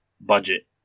Budget